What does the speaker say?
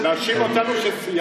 להאשים אותנו שסייענו?